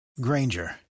Granger